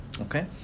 okay